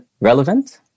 relevant